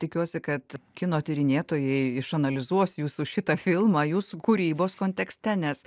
tikiuosi kad kino tyrinėtojai išanalizuos jūsų šitą filmą jūsų kūrybos kontekste nes